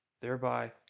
Thereby